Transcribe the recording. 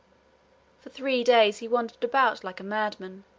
for three days he wandered about like a madman,